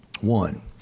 One